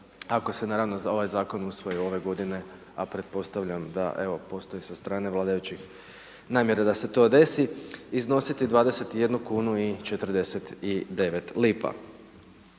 ako se naravno za ovaj Zakon usvoji ove godine a pretpostavljam da evo postoji sa strane vladajućih namjera da se to desi, iznositi 21 kunu i 49 lipa.